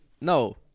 no